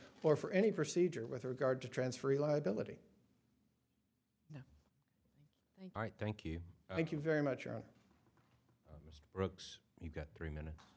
or for any procedure with regard to transfer reliability i thank you thank you very much aaron brooks you've got three minutes